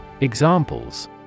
Examples